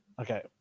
Okay